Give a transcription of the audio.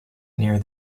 near